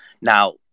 now